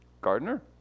Gardner